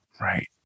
Right